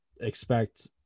expect